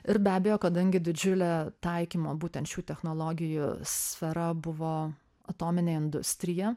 ir be abejo kadangi didžiulė taikymo būtent šių technologijų sfera buvo atominė industrija